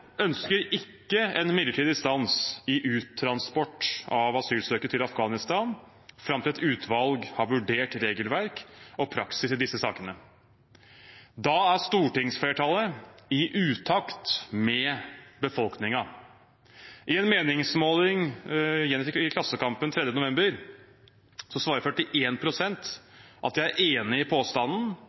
ønsker ikke en midlertidig stans i uttransport av asylsøkere til Afghanistan fram til et utvalg har vurdert regelverk og praksis i disse sakene. Da er stortingsflertallet i utakt med befolkningen. I en meningsmåling gjengitt i Klassekampen 3. november svarer 41 pst. at de er enig i påstanden